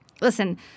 Listen